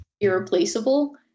irreplaceable